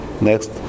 next